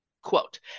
Quote